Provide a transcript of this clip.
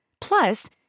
Plus